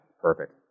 Perfect